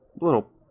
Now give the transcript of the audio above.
little